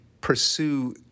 pursue